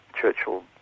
churchill